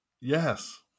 Yes